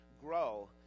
grow